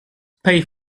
pay